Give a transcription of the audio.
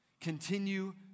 Continue